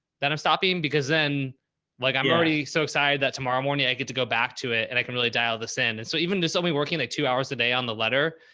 then i'm stopping because then like, i'm already so excited that tomorrow morning i get to go back to it and i can really dial this in. and so even just somebody working at two hours a day on the letter,